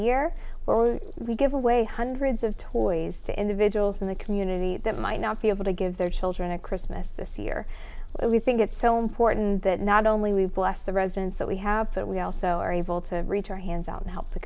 where we give away hundreds of toys to individuals in the community that might not be able to give their children a christmas this year and we think it's film porton that not only bless the residents that we have but we also are able to reach our hands out and help the